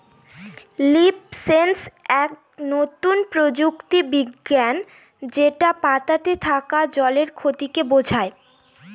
leaf sensor এক নতুন প্রযুক্তি বিজ্ঞান যেটা পাতাতে থাকা জলের ক্ষতিকে বোঝায়